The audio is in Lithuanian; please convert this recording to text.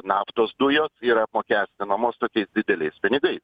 naftos dujos yra apmokestinamos tokiais dideliais pinigais